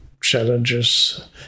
challenges